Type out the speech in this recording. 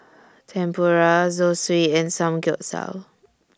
Tempura Zosui and Samgeyopsal